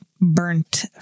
burnt